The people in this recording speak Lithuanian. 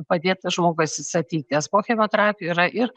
padėti žmogui atsistatyt nes po chemoterapijų yra ir